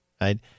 Right